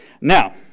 now